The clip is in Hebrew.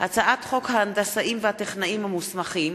הצעת חוק ההנדסאים והטכנאים המוסמכים,